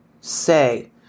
say